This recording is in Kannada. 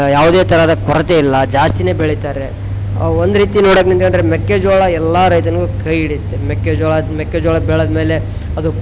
ಯಾವ್ದೇ ಥರದ ಕೊರತೆ ಇಲ್ಲ ಜಾಸ್ತಿನೆ ಬೆಳಿತಾರೆ ಒಂದು ರೀತಿ ನೋಡಕೆ ನಿಂತ್ಕೊಂಡ್ರೆ ಮೆಕ್ಕೆಜೋಳ ಎಲ್ಲ ರೈತನಿಗು ಕೈ ಹಿಡಿಯುತ್ತೆ ಮೆಕ್ಕೆಜೋಳ ಮೆಕ್ಕೆಜೋಳ ಬೆಳದ ಮೇಲೆ ಅದು